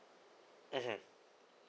mmhmm